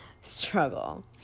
struggle